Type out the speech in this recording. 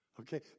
Okay